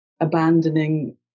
Abandoning